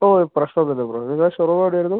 ഓ പ്രശ്നം ഒന്നും ഇല്ല ബ്രോ നിങ്ങളെ ഷോറൂം എവിടെ ആയിരുന്നു